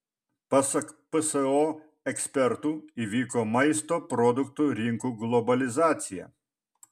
pasak pso ekspertų įvyko maisto produktų rinkų globalizacija